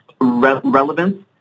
relevance